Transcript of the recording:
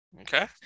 Okay